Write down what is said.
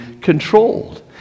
controlled